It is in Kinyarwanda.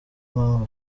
mpamvu